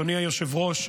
אדוני היושב-ראש,